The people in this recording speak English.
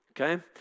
okay